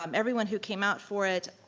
um everyone who came out for it,